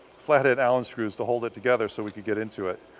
flathead allen screws to hold it together so we could get into it.